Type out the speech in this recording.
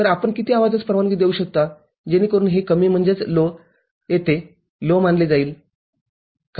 तर आपण किती आवाजास परवानगी देऊ शकता जेणेकरून येथे हे कमी येथे कमी मानले जाईल